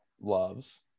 loves